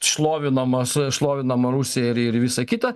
šlovinamas šlovinama rusija ir ir visa kita